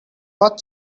what